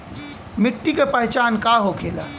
मिट्टी के पहचान का होखे ला?